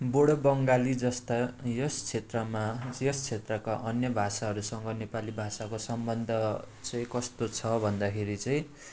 बोडो बङ्गाली जस्ता यस क्षेत्रमा यस क्षेत्रका अन्य भाषाहरूसँग नेपाली भाषाको सम्बन्ध चाहिँ कस्तो छ भन्दाखेरि चाहिँ